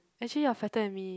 actually you are fatter than me